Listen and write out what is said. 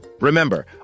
Remember